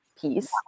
peace